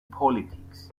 politics